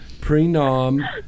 pre-nom